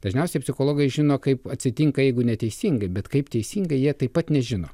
dažniausiai psichologai žino kaip atsitinka jeigu neteisingai bet kaip teisingai jie taip pat nežino